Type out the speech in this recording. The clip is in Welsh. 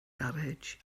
garej